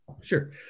sure